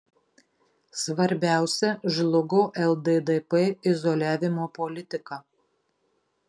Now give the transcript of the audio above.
svarbiausia žlugo lddp izoliavimo politika